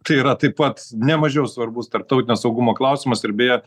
tai yra taip pat ne mažiau svarbus tarptautinio saugumo klausimas ir beje